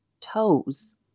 toes